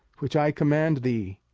which i command thee,